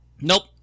Nope